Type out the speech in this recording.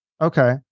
Okay